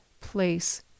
place